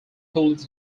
police